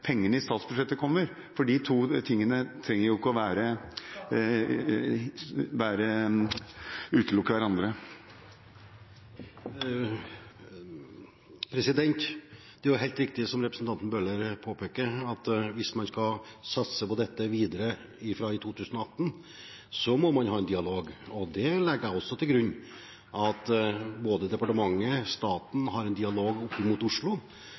pengene i statsbudsjettet kommer? De to tingene trenger jo ikke å utelukke hverandre. Det er helt riktig – som representanten Bøhler påpeker – at hvis man skal satse på dette videre fra 2018, må man ha en dialog. Jeg legger til grunn at departementet, staten, har en dialog med Oslo